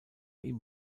ihm